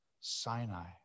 Sinai